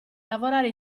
lavorare